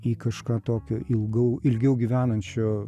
į kažką tokio ilgau ilgiau gyvenančio